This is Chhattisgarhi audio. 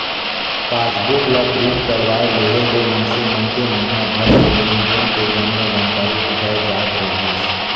पासबुक ला प्रिंट करवाये लेहे ले मइनसे मन के महिना भर के लेन देन के जम्मो जानकारी भेटाय जात रहीस